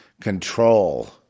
control